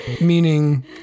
Meaning